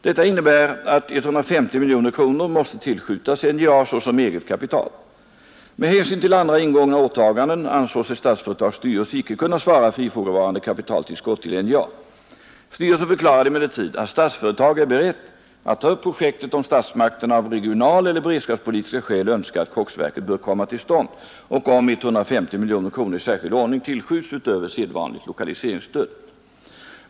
Detta innebär att 150 miljoner kronor måste tillskjutas NJA såsom eget kapital. Med hänsyn till andra ingångna åtaganden ansåg sig Statsföretags styrelse icke kunna svara för ifrågavarande kapitaltillskott till NJA. Styrelsen förklarade emellertid att Statsföretag är berett att ta upp projektet, om statsmakterna av regionaleller beredskapspolitiska skäl önskar att koksverket bör komma till stånd och om 150 miljoner kronor i särskild ordning tillskjuts utöver sedvanligt lokaliseringsstöd.